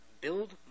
build